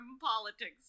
politics